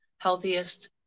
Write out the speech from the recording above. healthiest